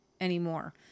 anymore